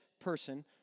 person